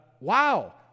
wow